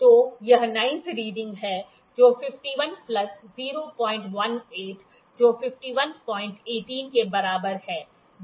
तो यह 9th reading है जो 51 प्लस 018 जो 5118 के बराबर है